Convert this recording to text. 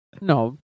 No